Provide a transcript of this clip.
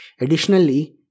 Additionally